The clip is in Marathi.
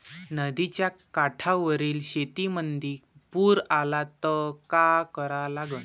नदीच्या काठावरील शेतीमंदी पूर आला त का करा लागन?